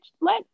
let